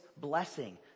blessing